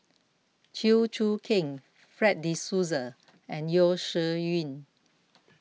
Chew Choo Keng Fred De Souza and Yeo Shih Yun